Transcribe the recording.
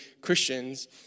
Christians